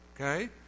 okay